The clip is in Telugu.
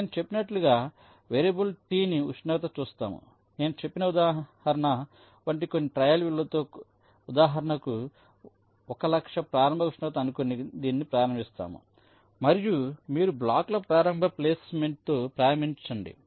నేను చెప్పినట్లుగా వేరియబుల్ T ని ఉష్ణోగ్రతతో సూచిస్తాము నేను చెప్పిన ఉదాహరణ వంటి కొన్ని ట్రయల్ విలువతో ఉదాహరణకు100000 ప్రారంభ ఉష్ణోగ్రత అనుకుని దీన్ని ప్రారంభిస్తాము మరియు మీరు బ్లాకుల ప్రారంభ ప్లేస్మెంట్తో ప్రారంభించండి